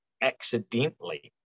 accidentally